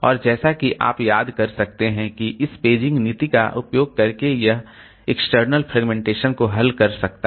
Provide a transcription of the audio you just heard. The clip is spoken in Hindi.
और जैसा कि आप याद कर सकते हैं कि इस पेजिंग नीति का उपयोग करके यह इस एक्सटर्नल फ्रेगमेंटेशन को हल कर सकता है